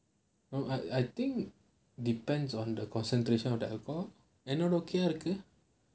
well I I think depends on the concentration of the alcohol and என்னோட:ennoda okay ah இருக்கு:irukku